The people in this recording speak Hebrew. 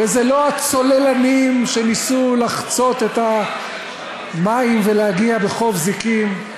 ולא הצוללנים שניסו לחצות את המים ולהגיע בחוף זיקים.